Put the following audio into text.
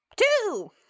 two